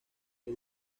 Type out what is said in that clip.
los